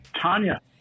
Tanya